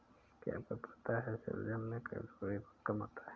क्या आपको पता है शलजम में कैलोरी बहुत कम होता है?